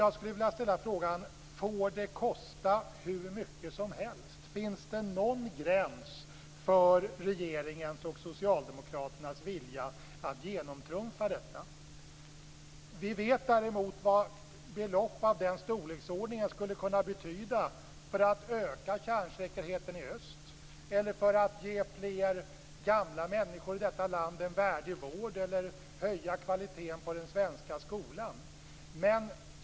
Jag skulle vilja fråga om det får kosta hur mycket som helst. Finns det någon gräns för regeringens och Socialdemokraternas vilja att genomtrumfa detta? Vi vet däremot vad belopp av den storleksordningen skulle kunna betyda för att öka kärnsäkerheten i öst, för att ge fler gamla människor i detta land en värdig vård eller för att höja kvaliteten i den svenska skolan.